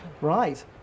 Right